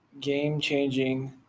game-changing